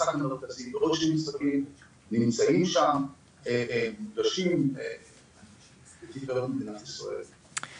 המשחק המרכזי ועוד שני משחקים נמצאים שם מונגשים לציבור במדינת ישראל.